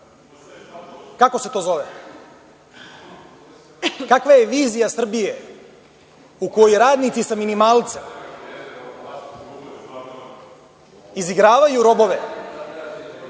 Kako se to zove? Kakva je vizija Srbije u kojoj radnici sa minimalcem izigravaju robove?